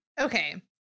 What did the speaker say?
Okay